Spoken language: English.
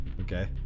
Okay